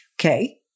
okay